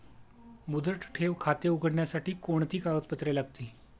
मुदत ठेव खाते उघडण्यासाठी कोणती कागदपत्रे लागतील?